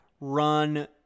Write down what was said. run